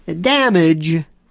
damage